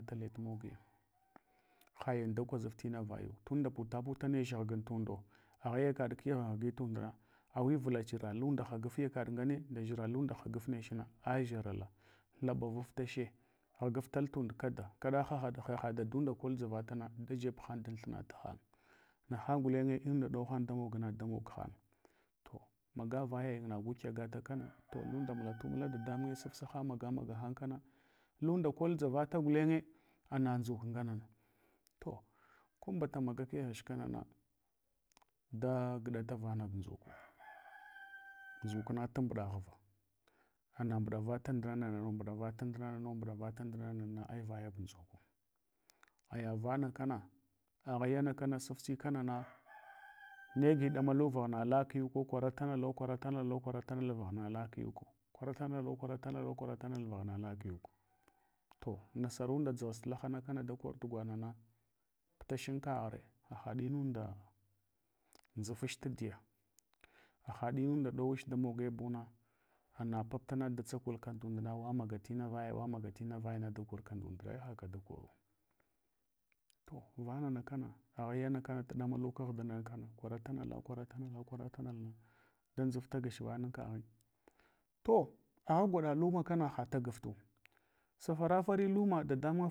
Hayin da kwazav tina vayi. Tunda putaputa nech ghuguntundo. Agha yakaɗku ghanghutundna awivula dʒira lunda hagat yakaɗ ngne nda ndʒira lunda nagaf nechna, adʒarala laɓavavtache, ghagavtal tund kada, kaɗa haha dadun kol dʒavata da jeb hang dan thma tahang. Nahang gulenye inmunda ɗaulang ɗamoghange. To magavayayin nagu kyagata kana to unda mulatumula dadamunye sufsa hang magamaga hand kana. Lunda kol dʒavata gulenye ana nʒuk nganana. To ko mɓate maga keghe sh pengaɗa da uɗabvana ʒaku. Nʒuk na tumbɗaval, ana mbuɗavata ndina, ana mbuɗavata ndina, mbuɗavat ndina voyab nʒuku. Aya vana kana, aghayakana sufsi kanana, nega damal vala kuyuko kwar tnaho kwar tanab, kwara tanal vaghna la kiyuko, kwarar tanalo kwaral tana vaghna la kiyuk. To nasamunda dʒighas lahana kana da kor tugwaɗnana, butanchin kaghre haha mamunda nʒufu tadiya. Hahaɗinunda ɗauch da moge buna, ana paputana da tsakdka tundana awamaga tina vaya awa maga tina vaya da korka ndundre haka da koru. To vanana kana oyana kana tɗamaluk aghdina kana koral tana koral tana, koral tanana. Da nʒaf gach vanan kaghi. To agha gwaɗa lumu kana hatagaftu. Safarafari luma.